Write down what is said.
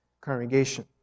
congregation